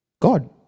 God